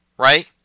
right